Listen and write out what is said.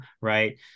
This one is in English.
right